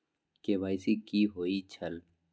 KYC कि होई छल?